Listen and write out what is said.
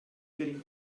getting